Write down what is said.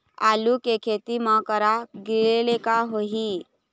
आलू के खेती म करा गिरेले का होही?